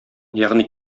ягъни